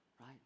right